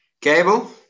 Cable